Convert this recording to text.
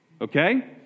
Okay